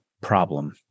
problem